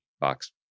box